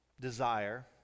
desire